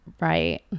right